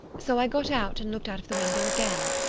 so i got out and looked out of the window again.